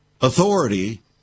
authority